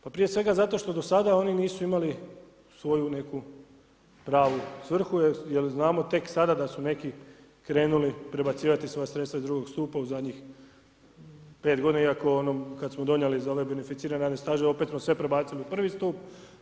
Pa prije svega zato što do sada oni nisu imali svoju neku pravu svrhu jer znamo tek sada da su neki krenuli prebacivati svoja sredstva iz drugog stupa u zadnjih 5 godina iako kada smo donijeli za ovaj beneficirani radni staž opet smo sve prebacili u prvi stup.